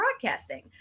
broadcasting